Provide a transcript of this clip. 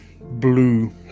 blue